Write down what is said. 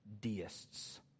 deists